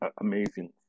amazing